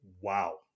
wow